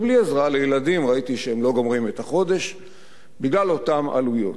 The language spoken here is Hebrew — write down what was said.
ובלי עזרה לילדים ראיתי שהם לא גומרים את החודש בגלל אותן עלויות.